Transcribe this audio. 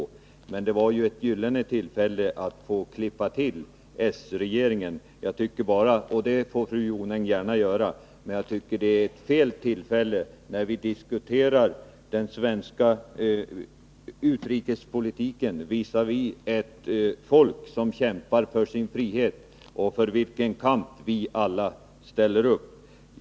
Hon tog det väl som ett gyllene tillfälle att få klippa till s-regeringen. Det får fru Jonäng gärna göra, men jag tycker att det är fel tillfälle när vi diskuterar den svenska utrikespolitiken visavi ett folk som kämpar för sin frihet och för vars kamp vi alla ställer upp.